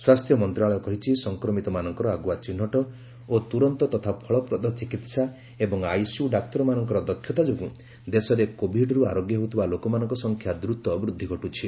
ସ୍ୱାସ୍ଥ୍ୟ ମନ୍ତ୍ରଣାଳୟ କହିଛି ସଂକ୍ରମିତମାନଙ୍କର ଆଗୁଆ ଚିହ୍ନଟ ଓ ତୁରନ୍ତ ତଥା ଫଳପ୍ରଦ ଚିକିହା ଏବଂ ଆଇସିୟୁ ଡାକ୍ତରମାନଙ୍କର ଦକ୍ଷତା ଯୋଗୁଁ ଦେଶରେ କୋଭିଡରୁ ଆରୋଗ୍ୟ ହେଉଥିବା ଲୋକମାନଙ୍କ ସଂଖ୍ୟା ଦ୍ରତ ବୃଦ୍ଧି ଘଟୁଛି